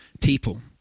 people